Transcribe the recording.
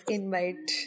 invite